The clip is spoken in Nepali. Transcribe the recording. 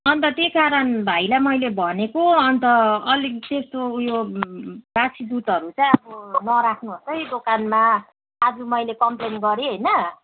अन्त त्यही कारण भाइलाई मैले भनेको अन्त अलिक त्यस्तो उयो बासी दुधहरू चाहिँ अब नराख्नुहोस् है दोकानमा आज मैले कम्प्लेन गरेँ होइन